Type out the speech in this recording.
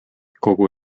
kogu